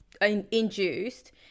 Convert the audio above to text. induced